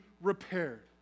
repaired